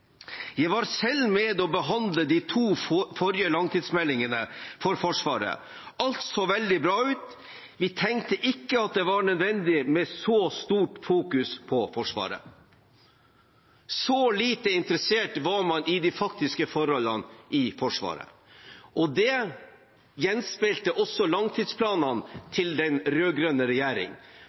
var selv med på å behandle de to forrige langtidsmeldingene for Forsvaret. Alt så veldig bra ut. Vi tenkte ikke at det var nødvendig med så stort fokus på Forsvaret.» Så lite interessert var man i de faktiske forholdene i Forsvaret. Det gjenspeilte også langtidsplanene til den